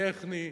טכני,